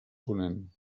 ponent